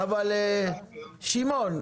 שמעון,